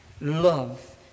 love